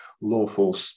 lawful